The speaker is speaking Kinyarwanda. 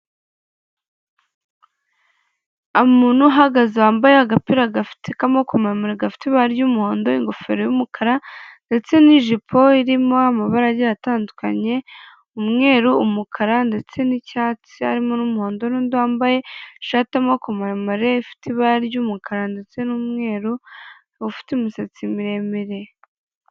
Hari umuntu uhagaze wambaye agapira gafite amaboko maremare gafite ibara ry'umuhondo, ingofero y'umukara ndetse n'ijipo irimo amabara atandukanye umweru, umukara ndetse n'icyatsi harimo n'umuhondo n'undi wambaye ishati y'amaboko maremare afite ibara ry'umukara ndetse n'umweru ufite umusatsi miremire.